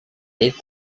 ate